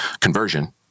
conversion